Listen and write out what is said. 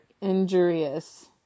injurious